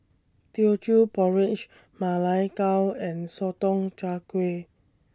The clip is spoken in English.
Teochew Porridge Ma Lai Gao and Sotong Char Kway